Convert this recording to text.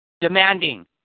demanding